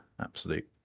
absolute